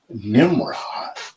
Nimrod